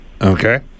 okay